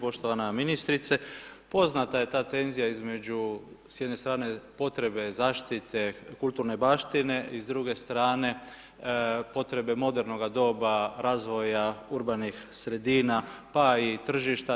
Poštovana ministrice, poznata je ta tenzija između s jedne strane, potrebne zaštite kulturne baštine i s druge strane potrebe modernoga doba razvoja urbanih sredina, pa i tržišta.